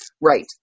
right